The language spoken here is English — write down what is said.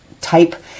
type